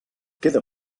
queda